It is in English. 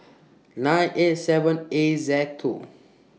nine eight seven A Z two